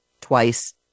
twice